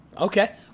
Okay